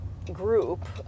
Group